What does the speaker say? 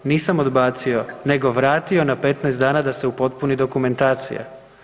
Nisam odbacio nego vratio na 15 dana da se upotpuni dokumentacija.